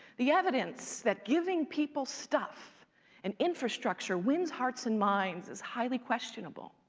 the evidence that giving people stuff and infrastructure wins hearts and minds is highly questionable.